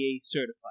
certified